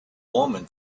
woman